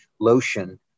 Lotion